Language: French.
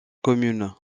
commune